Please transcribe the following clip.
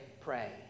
pray